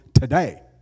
today